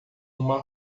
uma